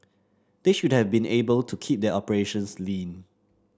they should have been able to keep their operations lean